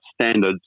standards